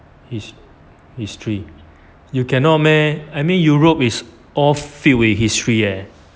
hist~ history you cannot meh I mean europe is all filled with history eh